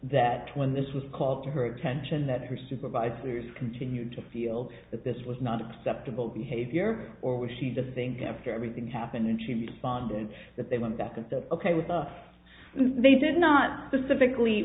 that when this was called to her attention that her supervisors continued to feel that this was not a perceptible behavior or was she to think after everything happened and she bonded that they went back and said ok with us they did not specifically